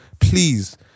please